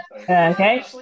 Okay